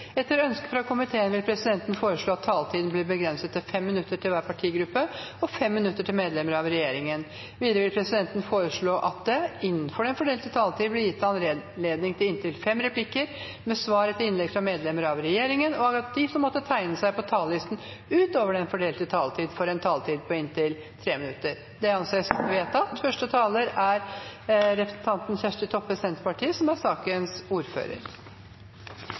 medlemmer av regjeringen. Videre vil presidenten foreslå at det – innenfor den fordelte taletid – blir gitt anledning til replikkordskifte på inntil fem replikker med svar etter innlegg fra medlemmer av regjeringen, og at de som måtte tegne seg på talerlisten utover den fordelte taletid, får en taletid på inntil 3 minutter. – Det anses vedtatt. Noreg har eit godt utvikla helsevesen, og vi kjem bra ut på ei rekkje område når vi samanliknar oss med andre vestlege land. Dei fleste pasientar, brukarar og pårørande er